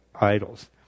idols